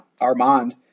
Armand